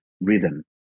rhythm